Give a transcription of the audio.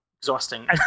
exhausting